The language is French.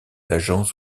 agents